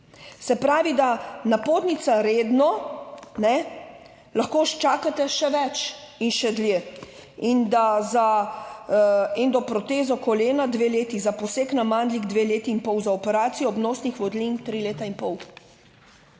se pravi, da napotnica redno lahko čakate še več in še dlje. In da za endoprotezo kolena dve leti, za poseg na mandljih dve leti in pol, za operacijo obnosnih votlin tri leta in pol.